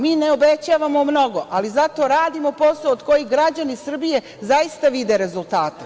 Mi ne obećavamo mnogo, ali zato radimo posao od kojeg građani Srbije zaista vide rezultate.